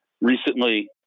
recently